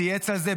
צייץ על זה,